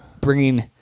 Bringing